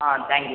ah thank you sir